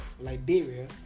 Liberia